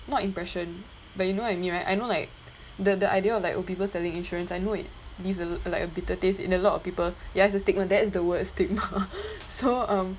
not impression but you know I mean right I not like the idea of like oh people selling insurance I know it this uh like a bitter taste in a lot of people ya it's the stigma that is the word stigma so um